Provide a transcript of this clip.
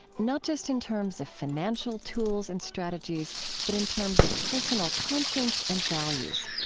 not just in terms of financial tools and strategies but in terms of personal conscience and values.